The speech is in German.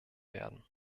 werden